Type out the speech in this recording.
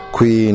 Qui